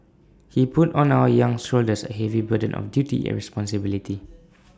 he put on our young shoulders A heavy burden of duty and responsibility